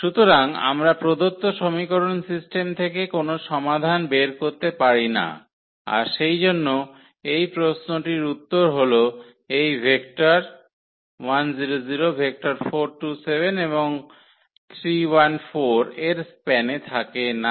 সুতরাং আমরা প্রদত্ত সমীকরণ সিস্টেম থেকে কোনও সমাধান বের করতে পারি না আর সেইজন্য এই প্রশ্নটির উত্তর হল এই ভেক্টর ভেক্টর এবং এর স্প্যানে থাকে না